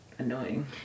annoying